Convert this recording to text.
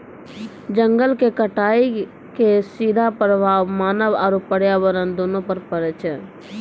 जंगल के कटाइ के सीधा प्रभाव मानव आरू पर्यावरण दूनू पर पड़ै छै